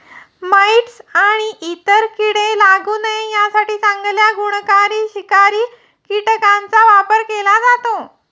mites आणि इतर कीडे लागू नये यासाठी चांगल्या गुणकारी शिकारी कीटकांचा वापर केला जातो